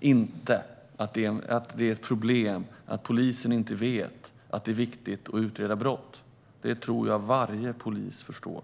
inte att problemet är att polisen inte vet att det är viktigt att utreda brott. Det tror jag att varje polis förstår.